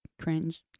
cringe